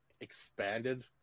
expanded